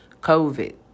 COVID